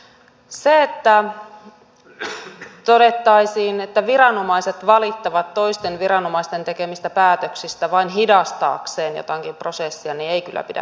se että todettaisiin että viranomaiset valittavat toisten viranomaisten tekemistä päätöksistä vain hidastaakseen jotakin prosessia ei kyllä pidä paikkaansa